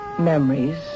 memories